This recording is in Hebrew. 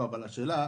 אין בעיה.